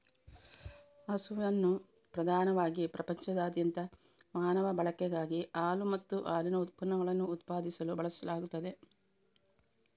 ಹಸುವನ್ನು ಪ್ರಧಾನವಾಗಿ ಪ್ರಪಂಚದಾದ್ಯಂತ ಮಾನವ ಬಳಕೆಗಾಗಿ ಹಾಲು ಮತ್ತು ಹಾಲಿನ ಉತ್ಪನ್ನಗಳನ್ನು ಉತ್ಪಾದಿಸಲು ಬಳಸಲಾಗುತ್ತದೆ